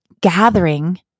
gathering